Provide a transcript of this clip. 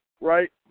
right